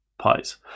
Pies